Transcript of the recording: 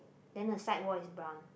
then the side wall is brown